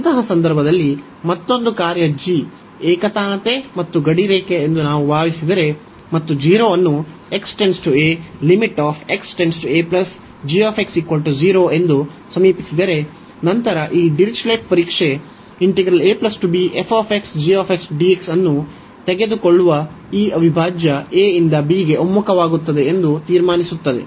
ಅಂತಹ ಸಂದರ್ಭದಲ್ಲಿ ಮತ್ತೊಂದು ಕಾರ್ಯ g ಏಕತಾನತೆ ಮತ್ತು ಗಡಿರೇಖೆ ಎಂದು ನಾವು ಭಾವಿಸಿದರೆ ಮತ್ತು 0 ಅನ್ನು x → a ಎಂದು ಸಮೀಪಿಸಿದರೆ ನಂತರ ಈ ಡಿರಿಚ್ಲೆಟ್ ಪರೀಕ್ಷೆ ಅನ್ನು ತೆಗೆದುಕೊಳ್ಳುವ ಈ ಅವಿಭಾಜ್ಯ a ಇಂದ b ಗೆ ಒಮ್ಮುಖವಾಗುತ್ತದೆ ಎಂದು ತೀರ್ಮಾನಿಸುತ್ತದೆ